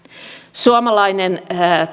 suomalainen